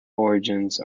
origins